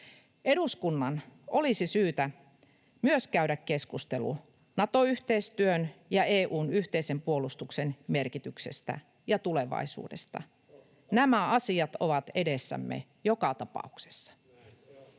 eduskunnan olisi syytä käydä keskustelu Nato-yhteistyön ja EU:n yhteisen puolustuksen merkityksestä ja tulevaisuudesta. [Ben Zyskowicz: Totta!] Nämä asiat ovat edessämme joka tapauksessa.